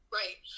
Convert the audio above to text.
right